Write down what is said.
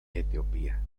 etiopía